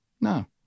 No